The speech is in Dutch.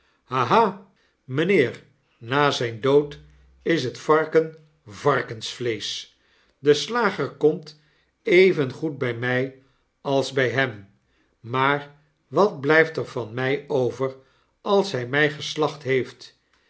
na zijn dood is het varken varkensvleesch de slager komt rvengoed by my als bij hem maar wat blyft er van my over als hij mij geslacht heeft